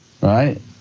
Right